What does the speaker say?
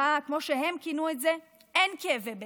כמו שהם כינו את זה: אין כאבי בטן,